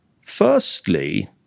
firstly